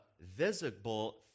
visible